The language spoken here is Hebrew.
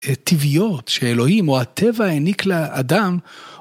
טביעות של אלוהים או הטבע העניק לאדם.